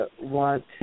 want